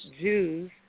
Jews